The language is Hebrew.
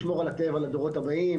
על מנת לשמור על הטבע לדורות הבאים,